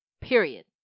period